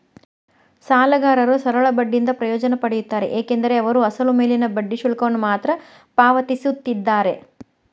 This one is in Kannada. ಸಾಲಗಾರರು ಸರಳ ಬಡ್ಡಿಯಿಂದ ಪ್ರಯೋಜನ ಪಡೆಯುತ್ತಾರೆ ಏಕೆಂದರೆ ಅವರು ಅಸಲು ಮೇಲಿನ ಬಡ್ಡಿ ಶುಲ್ಕವನ್ನು ಮಾತ್ರ ಪಾವತಿಸುತ್ತಿದ್ದಾರೆ